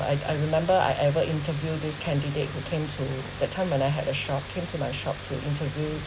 I I remember I ever interview this candidate he came to that time when I had a shop came to my shop to interview